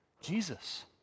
Jesus